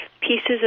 pieces